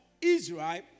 Israel